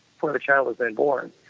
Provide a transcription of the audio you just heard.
before the child has been born,